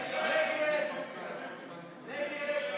בעד, 58, נגד,